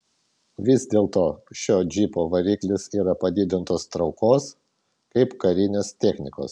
vis dėlto šio džipo variklis yra padidintos traukos kaip karinės technikos